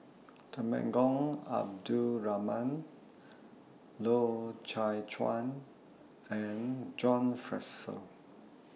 Temenggong Abdul Rahman Loy Chye Chuan and John Fraser